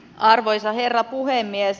arvoisa herra puhemies